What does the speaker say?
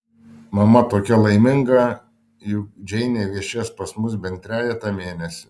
mama tokia laiminga juk džeinė viešės pas mus bent trejetą mėnesių